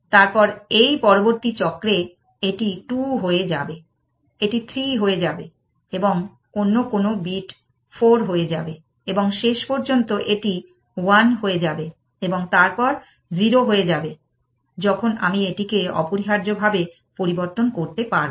তারপর এই পরবর্তী চক্রে এটি 2 হয়ে যাবে এটি 3 হবে এবং অন্য কোনো বিট 4 হয়ে যাবে এবং শেষ পর্যন্ত এটি 1 হয়ে যাবে এবং তারপর 0 হয়ে যাবে যখন আমি এটিকে অপরিহার্যভাবে পরিবর্তন করতে পারবো